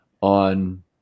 on